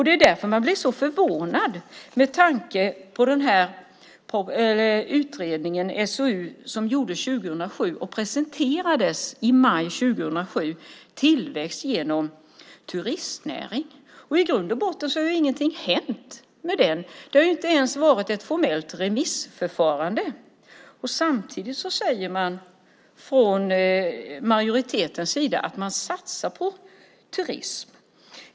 Det är därför man blir så förvånad med tanke på utredningen Tillväxt genom turistnäringen som gjordes 2007 och presenterades i maj 2007. I grund och botten har ingenting hänt med den. Det har inte ens varit ett formellt remissförfarande. Samtidigt säger man från majoritetens sida att man satsar på turism.